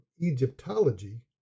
Egyptology